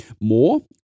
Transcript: more